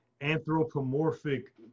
anthropomorphic